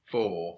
Four